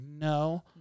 no